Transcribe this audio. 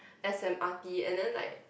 S_M_R_T and then like